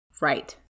right